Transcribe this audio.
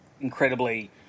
incredibly